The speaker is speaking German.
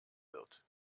wird